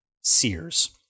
Sears